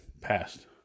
Passed